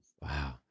Wow